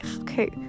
okay